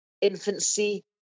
infancy